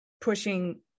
pushing